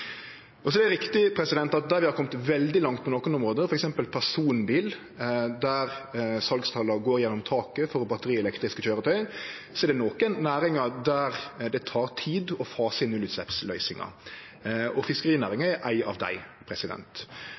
Det er riktig at der vi har kome veldig langt på nokre område, som f.eks. når det gjeld personbil, der salstala går gjennom taket for batterielektriske køyretøy, er det nokre næringar der det tek tid å fase inn nullutsleppsløysingar, og fiskerinæringa er ei av dei.